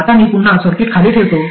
आता मी पुन्हा सर्किट खाली ठेवतो